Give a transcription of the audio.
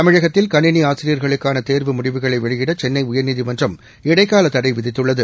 தமிழகத்தில் கணினி ஆசிரியர்களுக்கான தேர்வு முடிவுகளை வெளியிட சென்னை உயர்நீதிமன்றம் இடைக்கால தடை விதித்துள்ளது